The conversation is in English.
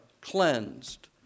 cleansed